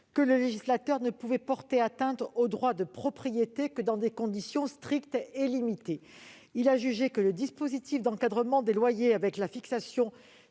que le législateur ne pouvait porter atteinte au droit de propriété que dans des conditions strictes et limitées. Il a jugé que le dispositif d'encadrement des loyers implique